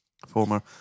Former